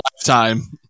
lifetime